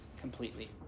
completely